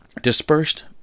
Dispersed